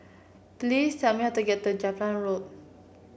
please tell me how to get to Jepang Road